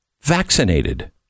Vaccinated